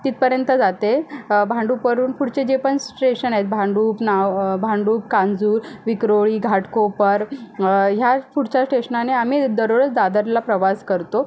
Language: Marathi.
तिथपर्यंत जाते भांडूपवरून पुढचे जे पण स्टेशन आहेत भांडुप नाव भांडुप कांजूर विक्रोळी घाटकोपर ह्या पुढच्या स्टेशनाने आम्ही दररोज दादरला प्रवास करतो